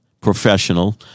professional